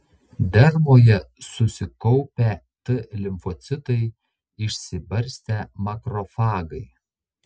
dermoje susikaupę t limfocitai išsibarstę makrofagai